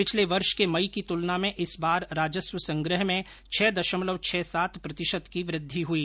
पिछले वर्ष के मई की तुलना में इस बार राजस्व संग्रह में छह दशमलव छह सात प्रतिशत की वृद्धि हुई